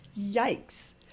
Yikes